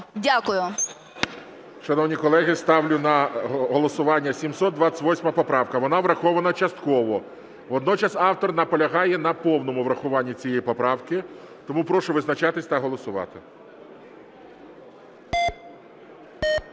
Шановні колеги, ставлю на голосування 728 поправку, вона врахована частково. Водночас автор наполягає на повному врахуванні цієї поправки, тому прошу визначатись та голосувати.